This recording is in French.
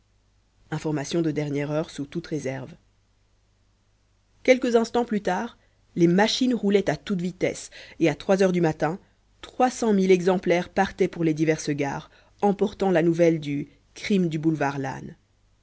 information de dernière heure sous toutes réserves quelques instants plus tard les machines roulaient à toute vitesse et à trois heures du matin trois cent mille exemplaires partaient pour les diverses gares emportant la nouvelle du crime du boulevard lannes